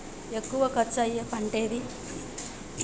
ఎక్కువ ఖర్చు అయ్యే పంటేది?